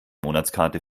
monatskarte